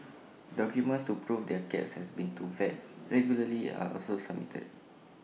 documents to prove their cats has been to vet regularly are also submitted